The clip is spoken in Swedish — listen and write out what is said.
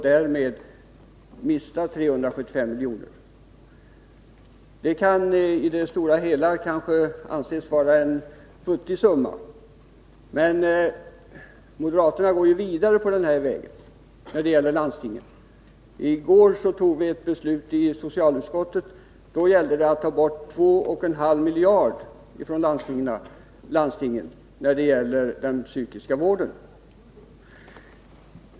Därmed mister de 375 milj.kr. Det kan i det stora hela kanske anses vara en futtig summa, men moderaterna går vidare på denna väg när det gäller landstingen. I går fattade vi i socialutskottet ett beslut där det gällde att från landstingen ta bort 2,5 miljarder för den psykiska vården.